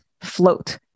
float